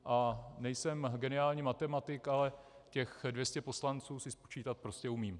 A nejsem geniální matematik, ale těch 200 poslanců si spočítat prostě umím.